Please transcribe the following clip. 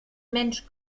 mensch